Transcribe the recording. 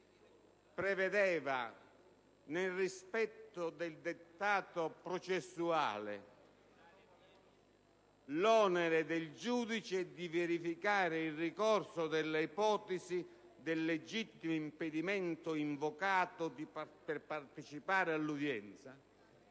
prevedeva, nel rispetto del dettato processuale, l'onere del giudice di verificare il ricorso delle ipotesi del legittimo impedimento invocato per partecipare all'udienza.